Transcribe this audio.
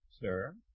sir